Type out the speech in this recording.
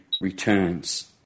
returns